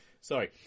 Sorry